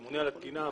הממונה על התקינה,